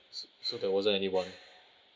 so there wasn't anyone